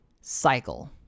cycle